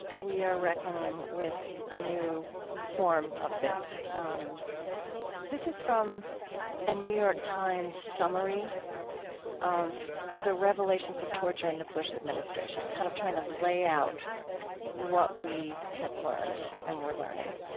we are reckoning with a new form of this. um this is from a new york times summary of the revelations of torture in the bush administration, kind of trying to lay out what we had learned and we're learning.